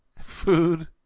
food